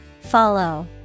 Follow